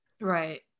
Right